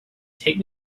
take